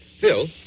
Phil